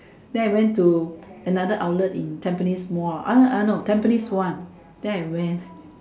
then I went to another outlet in Tampines Mall oh oh no Tampines one then I went